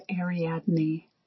Ariadne